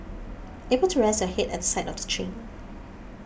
able to rest your head at the side of the train